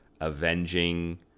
avenging